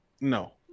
No